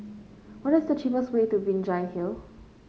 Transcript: what is the cheapest way to Binjai Hill